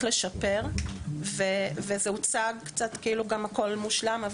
לשפר וזה הוצג קצת כאילו גם הכול מושלם,